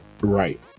Right